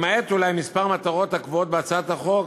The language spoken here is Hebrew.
למעט אולי כמה מטרות הקבועות בהצעת החוק